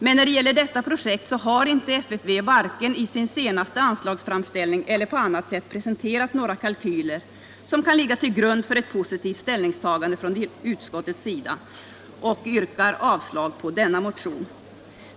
Men när det gäller detta projekt har inte FFV vare sig i sin senaste anslagsframställning eller på annat sätt presenterat några kalkyler som kan ligga till grund för ett positivt ställningstagande från utskottets sida. Utskottet yrkar avslag på denna motion.